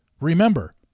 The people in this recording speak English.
remember